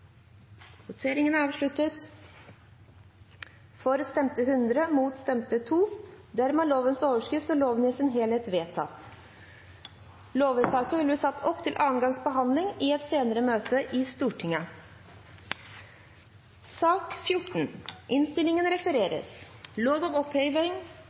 voteringen om igjen. Lovvedtaket vil bli satt opp til annen gangs behandling i et senere møte i Stortinget.